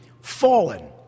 fallen